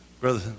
brother